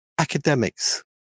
academics